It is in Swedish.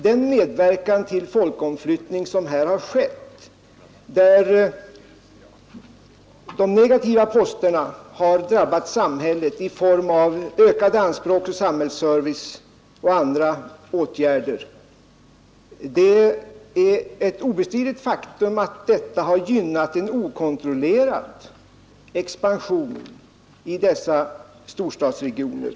Den kraftiga folkomflyttning som då ägde rum har drabbat samhället i form av ökade anspråk på investeringar och samhällsservice m,. m, och har — det är ett obestridligt faktum — gynnat en okontrollerad expansion i storstadsregionerna.